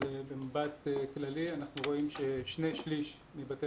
במבט כללי אנחנו רואים ששני שליש מבתי